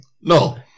no